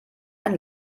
ein